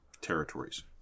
territories